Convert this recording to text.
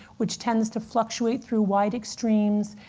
which tends to fluctuate through wide extremes,